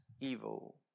evil